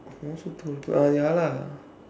I also put ah ya lah